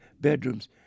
bedrooms